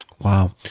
Wow